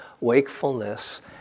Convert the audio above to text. wakefulness